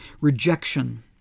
rejection